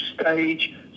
stage